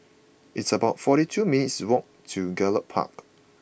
it's about forty two minutes' walk to Gallop Park